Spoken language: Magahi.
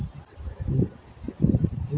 बहुत सब राज्य केंद्र सरकारेर स्कीमक अपनाछेक